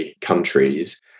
countries